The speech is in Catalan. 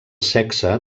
sexe